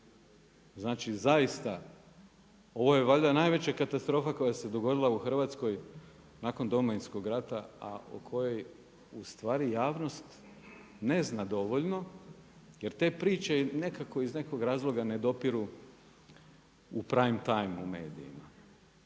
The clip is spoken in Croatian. Znači, zaista ovo je valjda najveća katastrofa koja se dogodila u Hrvatskoj, nakon Domovinskog rata, a o kojoj u stvari javnost ne zna dovoljno, jer te priče nekako iz nekog razloga ne dopiru u prime time u medijima.